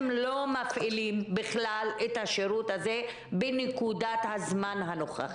לא מפעילות בכלל את השירות הזה בנקודת הזמן הנוכחית.